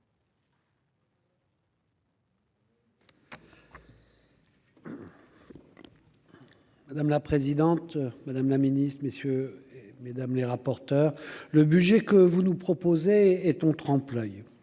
Madame la présidente, madame la Ministre, messieurs, mesdames les rapporteurs le budget que vous nous proposez et ton tremplin